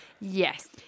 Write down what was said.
Yes